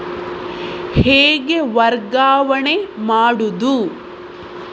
ಹೇಗೆ ವರ್ಗಾವಣೆ ಮಾಡುದು?